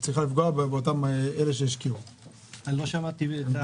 אבל במסגרת הצעת התקציב שאושרה בכנסת לשנים 21',